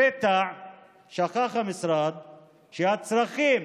לפתע שכח המשרד שהצרכים,